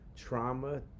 trauma